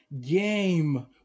game